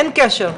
אין קשר,